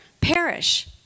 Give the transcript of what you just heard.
Perish